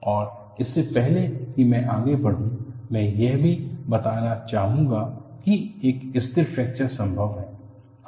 और इससे पहले कि मैं आगे बढ़ूं मैं यह भी बताना चाहूंगा कि एक स्थिर फ्रैक्चर संभव है